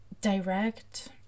direct